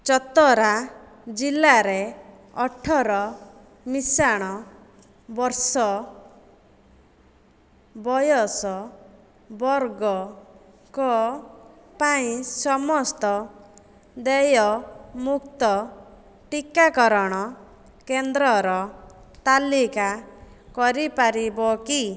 ଚତରା ଜିଲ୍ଲାରେ ଅଠର ମିଶାଣ ବର୍ଷ ବୟସ ବର୍ଗଙ୍କ ପାଇଁ ସମସ୍ତ ଦେୟମୁକ୍ତ ଟିକାକରଣ କେନ୍ଦ୍ରର ତାଲିକା କରିପାରିବ କି